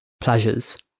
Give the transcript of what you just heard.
pleasures